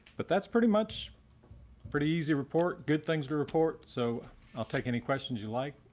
but that's pretty much pretty easy report good things to report. so i'll take any questions you like,